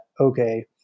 okay